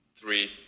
three